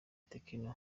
tekno